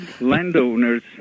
landowners